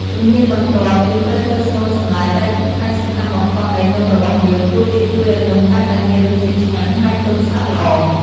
ជំហានបន្ទាប់ យើងត្រូវធ្វើស្នូលសណ្ដែក ដែលជាផ្នែកសំខាន់បំផុតនៃនំរបស់យើង ព្រោះវាជួយឱ្យនំកាន់តែមានរសជាតិឆ្ងាញ់ ហើយទន់ស្អិតល្អ។